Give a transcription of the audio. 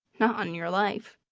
not on your life.